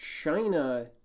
China